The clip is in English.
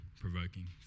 provoking